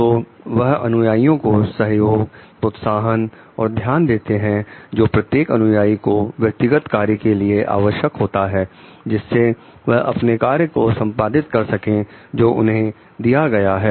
तो वह अनुयायियों को सहयोग प्रोत्साहन और ध्यान देते हैं जो प्रत्येक अनुयाई को व्यक्तिगत कार्य के लिए आवश्यक होता है जिससे वह अपने कार्य को संपादित कर सके जो उन्हें दिया गया है